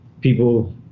people